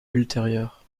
ultérieures